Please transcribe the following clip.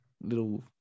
little